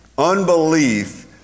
Unbelief